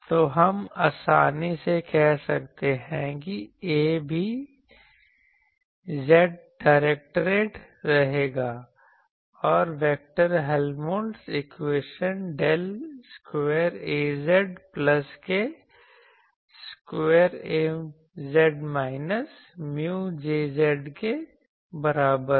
तो हम आसानी से कह सकते हैं कि A भी z डायरेक्टेड रहेगा और vector Helmholtz equation del square AZ plus k square AZ minus mu JZ के बराबर है